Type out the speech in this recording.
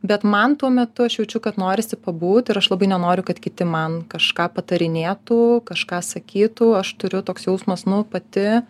bet man tuo metu aš jaučiu kad norisi pabūt ir aš labai nenoriu kad kiti man kažką patarinėtų kažką sakytų aš turiu toks jausmas nu pati